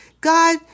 God